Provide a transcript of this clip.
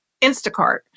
Instacart